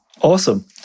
Awesome